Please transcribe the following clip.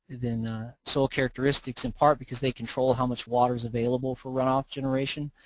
then soil characteristics, in part because they control how much water is available for runoff generation,